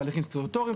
תהליכים סטטוטוריים,